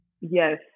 Yes